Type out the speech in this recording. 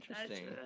interesting